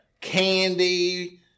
candy